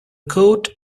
coat